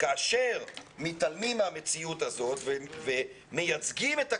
כאשר מתעלמים מהמציאות הזאת, ומייצגים את הכיבוש,